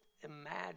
imagine